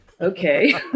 Okay